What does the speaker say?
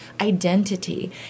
identity